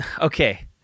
okay